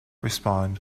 respond